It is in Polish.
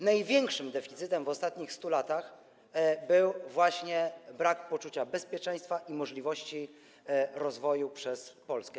Największym deficytem w ostatnich 100 latach był właśnie brak poczucia bezpieczeństwa i możliwości rozwoju Polski.